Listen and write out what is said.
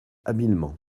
habilement